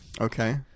Okay